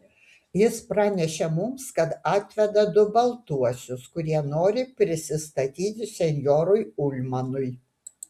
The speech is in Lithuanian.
jis pranešė mums kad atveda du baltuosius kurie nori prisistatyti senjorui ulmanui